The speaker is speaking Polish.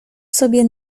sobie